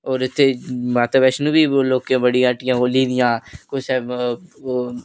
और इत्थै माता वैष्णो बी लोकें बड़ियां हट्टियां खोह्ली दियां कुसै ओह्